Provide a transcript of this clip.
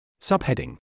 Subheading